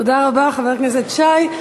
תודה רבה, חבר הכנסת שי.